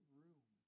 room